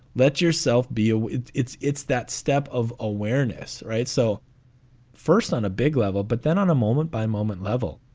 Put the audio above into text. let yourself be a it's it's that step of awareness. right. so first on a big level, but then on a moment by moment level.